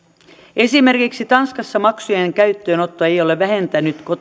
esimerkiksi tanskassa maksujen käyttöönotto ei ole vähentänyt